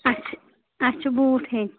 اَچھِ اَچِھ بوٗٹھ ہیٚنۍ